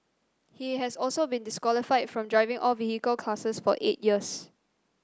he has also been disqualified from driving all vehicle classes for eight years